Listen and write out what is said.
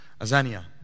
Azania